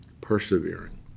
Persevering